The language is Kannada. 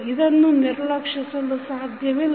ಇದನ್ನು ನಿರ್ಲಕ್ಷಿಸಲು ಸಾಧ್ಯವಿಲ್ಲ